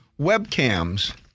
webcams